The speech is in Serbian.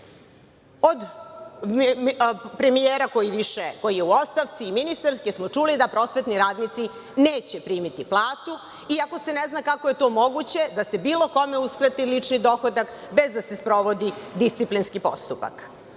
od premijera koji je u ostavci i ministarke smo čuli da prosvetni radnici neće primiti platu i ako se ne zna kako je to moguće da se bilo kome uskrati lični dohodak, bez da se sprovodi disciplinski postupak.